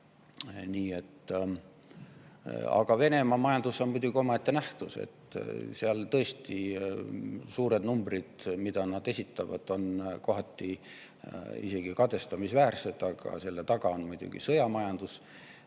puhul. Aga Venemaa majandus on muidugi omaette nähtus. Tõesti, suured numbrid, mida nad esitavad, on kohati isegi kadestamisväärsed, aga selle taga on muidugi sõjamajandus